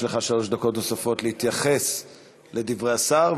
יש לך שלוש דקות נוספות להתייחס לדברי השר,